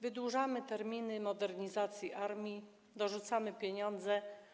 Wydłużamy terminy modernizacji armii, dorzucamy pieniądze.